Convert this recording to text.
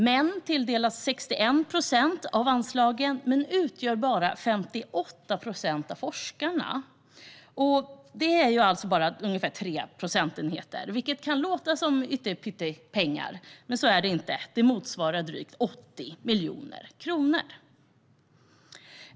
Män tilldelas 61 procent av anslagen men utgör bara 58 procent av forskarna. Det är alltså bara 3 procentenheter som skiljer, vilket kan låta som yttepyttepengar, men så är det inte. Det motsvarar drygt 80 miljoner kronor.